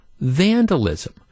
vandalism